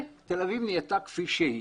ותל אביב היא כפי שהיא.